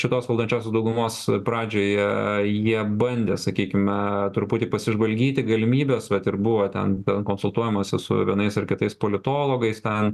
šitos valdančiosios daugumos pradžioje jie bandė sakykime truputį pasižvalgyti galimybes vat ir buvo ten ten konsultuojamasi su vienais ar kitais politologais ten